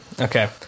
okay